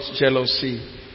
jealousy